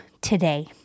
today